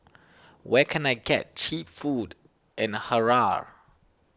where can I get Cheap Food in Harare